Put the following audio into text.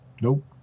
Nope